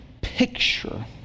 picture